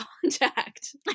contact